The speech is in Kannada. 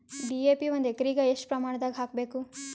ಡಿ.ಎ.ಪಿ ಒಂದು ಎಕರಿಗ ಎಷ್ಟ ಪ್ರಮಾಣದಾಗ ಹಾಕಬೇಕು?